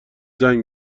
زنگ